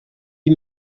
six